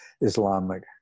Islamic